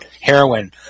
heroin